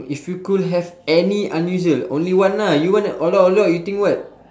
if you could have any unusual only one lah you want a lot a lot you think what